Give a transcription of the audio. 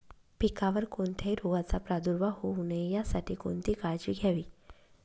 पिकावर कोणत्याही रोगाचा प्रादुर्भाव होऊ नये यासाठी कोणती काळजी घ्यावी?